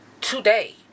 Today